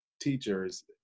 teachers